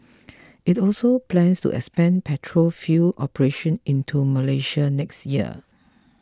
it also plans to expand petrol fuel operations into Malaysia next year